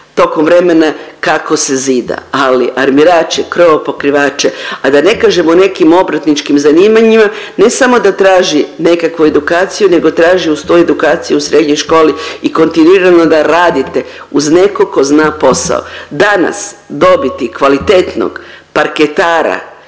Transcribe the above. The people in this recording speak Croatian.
tokom vremena kako se zida, ali armirače, krovopokrivače, a da ne kažem o nekim obrtničkim zanimanjima ne samo da traži nekakvu edukaciju nego traži uz to edukaciju u srednjoj školi i kontinuirano da radite uz nekog tko zna posao. Danas dobiti kvalitetnog parketara